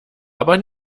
aber